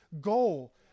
goal